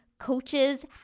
coaches